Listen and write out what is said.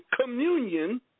communion